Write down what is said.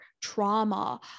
trauma